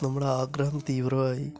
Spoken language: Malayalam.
നമ്മളുടെ ആഗ്രഹം തീവ്രമായി